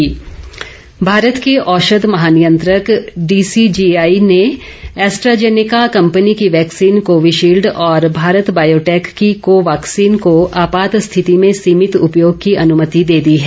vaccine मंजूरी भारत के औषध महानियंत्रक डीसीजीआई ने एस्ट्राजेनेका कंपनी की वैक्सीन कोविशील्ड और भारत बायोटेक की को वाक्सीन को आपात स्थिति में सीमित उपयोग की अनुमति दे दी है